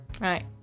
Right